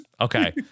okay